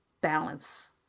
balance